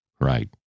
Right